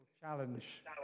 challenge